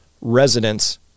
residents